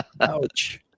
Ouch